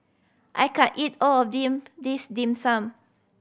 I can't eat all of this Dim Sum